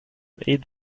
aid